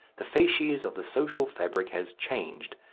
the facies of the social fabric has changed,